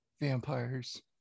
vampires